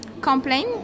complain